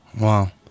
Wow